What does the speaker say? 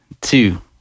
two